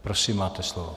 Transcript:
Prosím, máte slovo.